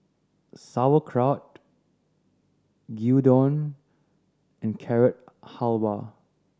Sauerkraut Gyudon and Carrot Halwa